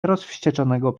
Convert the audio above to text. rozwścieczonego